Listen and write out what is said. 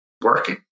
working